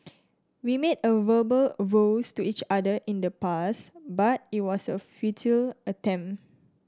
we made verbal vows to each other in the past but it was a futile attempt